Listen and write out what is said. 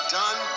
done